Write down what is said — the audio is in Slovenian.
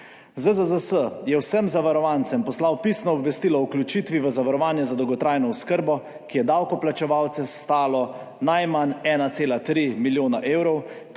ZZZS je vsem zavarovancem poslal pisno obvestilo o vključitvi v zavarovanje za dolgotrajno oskrbo, ki je davkoplačevalce stalo najmanj 1,3 milijona evrov,